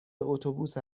اتوبوس